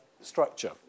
structure